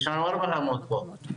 יש לנו ארבע רמות פה,